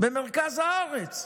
במרכז הארץ.